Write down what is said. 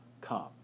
come